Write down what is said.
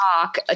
talk